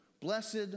Blessed